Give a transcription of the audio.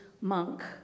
monk